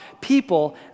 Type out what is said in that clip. people